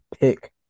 pick